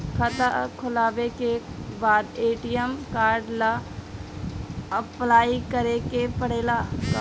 खाता खोलबाबे के बाद ए.टी.एम कार्ड ला अपलाई करे के पड़ेले का?